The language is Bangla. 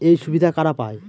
এই সুবিধা কারা পায়?